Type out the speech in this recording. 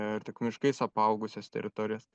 ir tik miškais apaugusias teritorijas